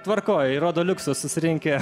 tvarkoj rodo liuksu susirinkę